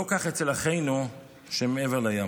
לא כך אצל אחינו שמעבר לים.